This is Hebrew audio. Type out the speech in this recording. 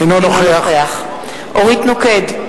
אינו נוכח אורית נוקד,